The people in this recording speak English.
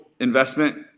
investment